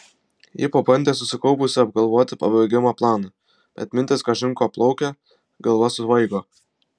ji pabandė susikaupusi apgalvoti pabėgimo planą bet mintys kažin ko plaukė galva svaigo